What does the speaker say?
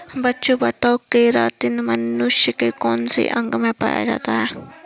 बच्चों बताओ केरातिन मनुष्य के कौन से अंग में पाया जाता है?